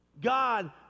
God